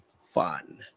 fun